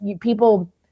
people